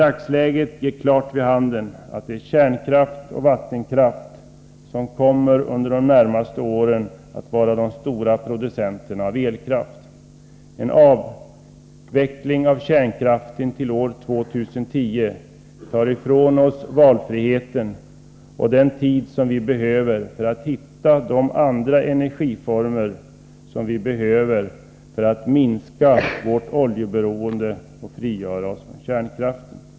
Dagsläget ger klart vid handen att det är kärnkraft och vattenkraft som under de närmaste åren kommer att vara de stora producenterna av elkraft. En avveckling av kärnkraften till år 2010 tar ifrån oss valfriheten och den tid som vi behöver för att hitta de andra energiformer som behövs för att vi skall kunna minska vårt oljeberoende och frigöra oss från kärnkraften.